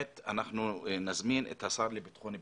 חשוב שנזמין את השר לביטחון הפנים.